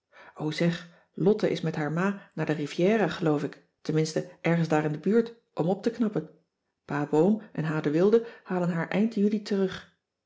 zeg lotte is met haar ma naar de rivièra geloof ik tenminste ergens daar in de buurt om op te knappen pa boom en h de wilde halen haar eind juli terug